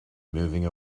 moving